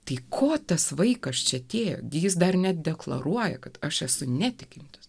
tai ko tas vaikas čia tie gi jis dar nedeklaruoja kad aš esu netikintis